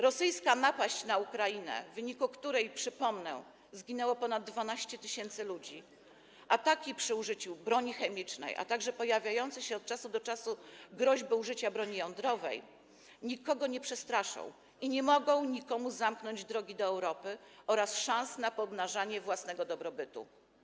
Rosyjska napaść na Ukrainę, w wyniku której, przypomnę, zginęło ponad 12 tys. ludzi, ataki z użyciem broni chemicznej, a także pojawiające się od czasu do czasu groźby użycia broni jądrowej nikogo nie przestraszą, nie mogą nikomu zamknąć drogi do Europy ani odebrać szans na pomnażanie własnego dobrobytu.